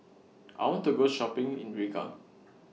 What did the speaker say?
I want to Go Shopping in Riga